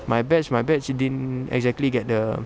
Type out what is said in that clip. my batch my batch didn't exactly get the